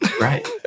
right